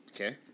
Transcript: Okay